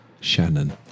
Shannon